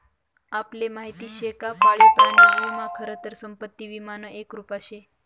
आपले माहिती शे का पाळीव प्राणी विमा खरं ते संपत्ती विमानं एक रुप शे